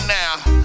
now